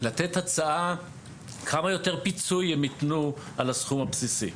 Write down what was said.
לתת הצעה כמה יותר פיצוי הם יתנו על הסכום הבסיסי.